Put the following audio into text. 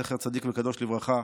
זכר צדיק וקדוש לברכה.